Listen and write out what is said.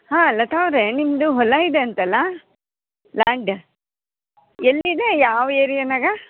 ಹಾಂ ಲತಾ ಅವ್ರೆ ನಿಮ್ಮದು ಹೊಲ ಇದೆ ಅಂತಲ್ಲಾ ಲ್ಯಾಂಡ್ ಎಲ್ಲಿದೆ ಯಾವ ಏರ್ಯನಾಗ